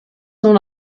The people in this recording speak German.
nun